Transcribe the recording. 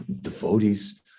Devotees